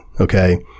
okay